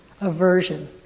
aversion